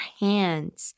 hands